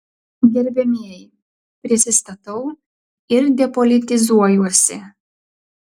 gerbiamieji prisistatau ir depolitizuojuosi